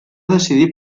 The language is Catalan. decidir